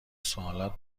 سوالات